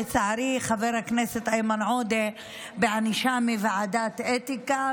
לצערי חבר הכנסת בענישה מוועדת אתיקה,